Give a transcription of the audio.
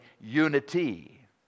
unity